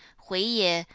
hui ye,